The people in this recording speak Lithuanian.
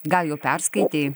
gal jau perskaitei